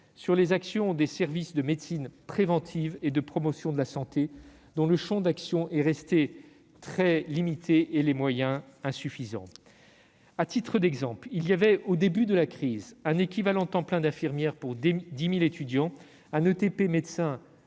sur les actions de services de médecine préventive et de promotion de la santé, dont le champ d'action est très limité et dont les moyens demeurent insuffisants. À titre d'exemple, il y avait au début de la crise un équivalent temps plein, ou ETP, d'infirmière pour 10 000 étudiants, un ETP de médecin